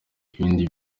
ibindi